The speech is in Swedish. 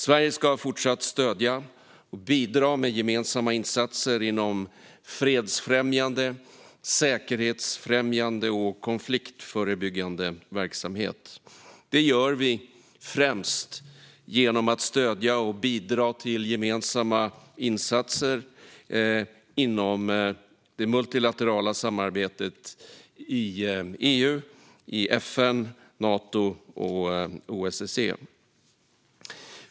Sverige ska fortsätta att stödja och bidra till gemensamma insatser inom fredsfrämjande, säkerhetsfrämjande och konfliktförebyggande verksamhet. Det gör vi främst genom att stödja och bidra till gemensamma insatser inom det multilaterala samarbetet i EU, FN, Nato och OSSE.